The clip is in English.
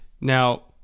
Now